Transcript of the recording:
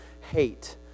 hate